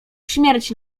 śmierć